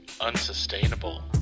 Unsustainable